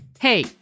Hey